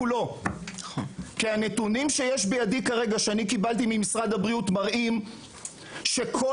כי הנתונים שקיבלתי ממשרד הבריאות מראים שכל